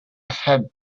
head